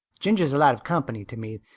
ginger's a lot of company to me.